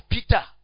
Peter